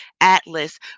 Atlas